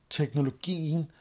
teknologien